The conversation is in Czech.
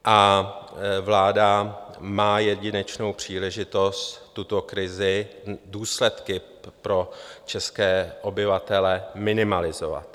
A vláda má jedinečnou příležitost tuto krizi, důsledky pro české obyvatele minimalizovat.